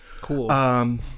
Cool